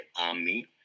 army